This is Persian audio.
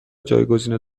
جایگزین